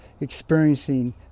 experiencing